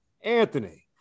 Anthony